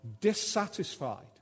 dissatisfied